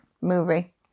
movie